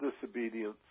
disobedience